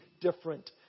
different